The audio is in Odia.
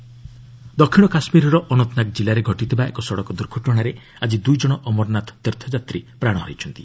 ଅମରନାଥ ଯାତ୍ରୀ ଡାଏଡ୍ ଦକ୍ଷିଣ କାଶ୍ମୀରର ଅନନ୍ତନାଗ କିଲ୍ଲାରେ ଘଟିଥିବା ଏକ ସଡ଼କ ଦୁର୍ଘଟଣାରେ ଆକି ଦୁଇ ଜଣ ଅମରନାଥ ତୀର୍ଥଯାତ୍ରୀ ପ୍ରାଣ ହରାଇଛନ୍ତି